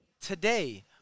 today